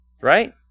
right